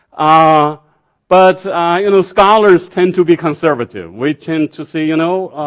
ah but you know scholars tend to be conservative. we tend to say you know,